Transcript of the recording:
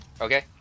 Okay